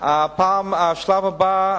אנחנו רוצים אחר כך השלב הבא,